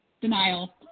Denial